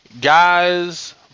Guys